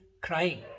crying